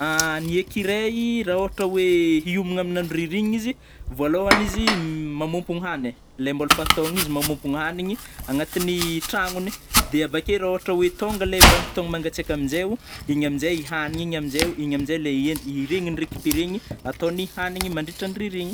Ny écureuils raôhatra oe hiomagna amin'ny andro ririgna izy, vôlôhany izy mamômpogno hanigny, le mbôla fataony igny izy mamômpogno hanigny agnatiny tranony, de avake ra ôhatra oe tônga lai vanimpotogna mangatseka amizay o, igny amizay hanigny igny amizay-igny amizay- le en iregny recupereny ataony hanigny mandritra ny ririgniny.